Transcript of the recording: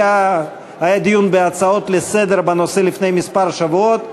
היה דיון בהצעות לסדר-היום בנושא לפני כמה שבועות,